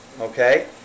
okay